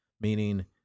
Meaning